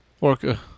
Orca